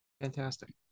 Fantastic